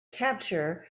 capture